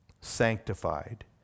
sanctified